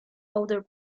other